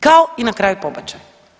Kao i na kraju pobačaj.